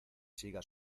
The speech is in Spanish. siga